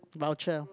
voucher